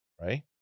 right